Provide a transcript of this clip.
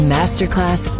Masterclass